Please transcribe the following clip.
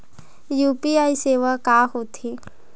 UPI सेवा का होथे?